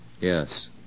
Yes